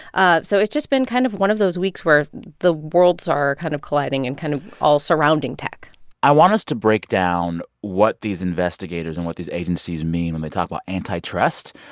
so it's just been kind of one of those weeks where the worlds are kind of colliding and kind of all surrounding tech i want us to break down what these investigators and what these agencies mean when they talk about antitrust,